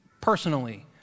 personally